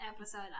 episode